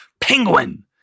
Penguin